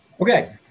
Okay